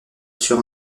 sur